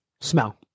Smell